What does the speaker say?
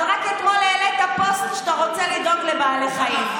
אבל רק אתמול העלית פוסט על זה שאתה רוצה לדאוג לבעלי חיים.